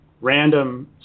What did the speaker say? random